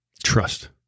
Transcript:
Trust